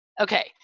Okay